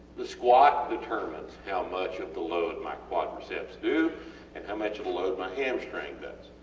the squat determines how much of the load my quadriceps do and how much of the load my hamstring does.